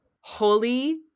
Holy